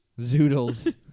Zoodles